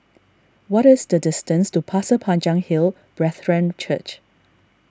what is the distance to Pasir Panjang Hill Brethren Church